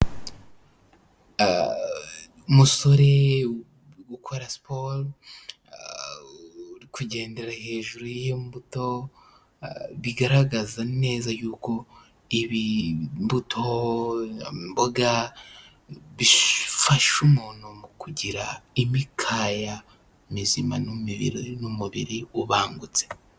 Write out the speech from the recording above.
Aaaa! Umusore ugukora siporo, aa uri kugendera hejuru y'imbuto, aa bigaragaza neza yuko ibi imbuto, imboga bifasha umuntu mu kugira imikaya mizima n'imibiri n'umubiri ubangutse.